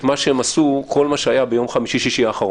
מה שהם עשו כל מה שהיה בימים חמישי ושישי האחרונים.